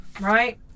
right